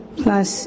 plus